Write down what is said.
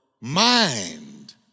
mind